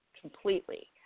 completely